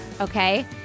Okay